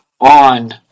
On